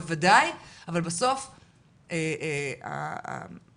אבל בסוף הרגולטור,